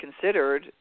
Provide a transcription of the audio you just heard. considered